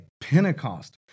Pentecost